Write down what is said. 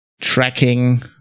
tracking